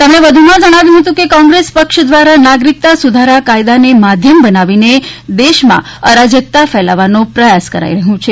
તેમણે વધુમાં જણાવ્યું હતું કે કોંગ્રેસ પક્ષ દ્વારા નાગરિકતા સુધારા કાયદાને માધ્યમ બનાવીને દેશમાં અરાજકતા ફેલાવવાનું પ્રયાસ કરી રહ્યું છે